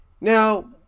Now